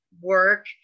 work